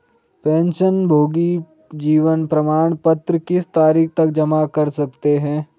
पेंशनभोगी जीवन प्रमाण पत्र किस तारीख तक जमा कर सकते हैं?